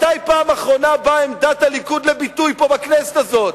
מתי בפעם האחרונה באה עמדת הליכוד לביטוי פה בכנסת הזאת?